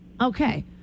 Okay